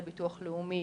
לביטוח לאומי,